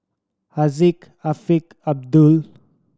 Haziq Afiq Abdul